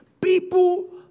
people